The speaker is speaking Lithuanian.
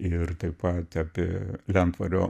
ir taip pat apie lentvario